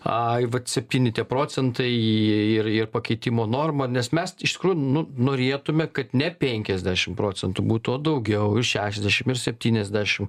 a į vat septyni tie procentai jie ir ir pakeitimo norma nes mes iš tikrųjų nu norėtume kad ne penkiasdešimt procentų būtų o daugiau šešiasdešimt ir septyniasdešimt